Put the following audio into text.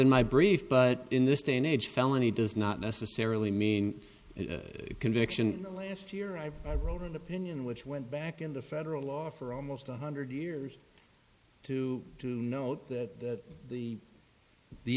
in my brief but in this day and age felony does not necessarily mean a conviction last year i wrote an opinion which went back in the federal law for almost one hundred years to note that the the